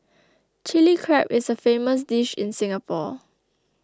Chilli Crab is a famous dish in Singapore